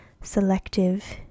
selective